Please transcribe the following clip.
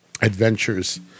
adventures